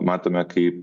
matome kaip